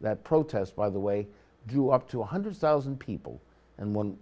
that protest by the way grew up to one hundred thousand people and one